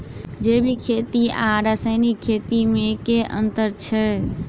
जैविक खेती आ रासायनिक खेती मे केँ अंतर छै?